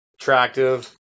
attractive